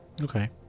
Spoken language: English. okay